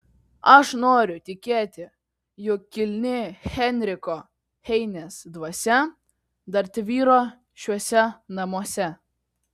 aš noriu tikėti jog kilni heinricho heinės dvasia dar tvyro šiuose namuose